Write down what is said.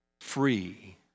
free